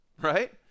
right